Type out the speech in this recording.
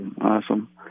Awesome